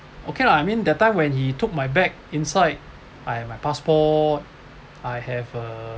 okay lah I mean that time when he took my bag inside I have my passport I have a